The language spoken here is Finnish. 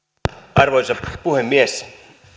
arvoisa puhemies